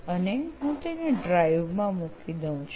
અને હું તેને ડ્રાઈવ માં મૂકી દઉં છું